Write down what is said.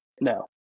No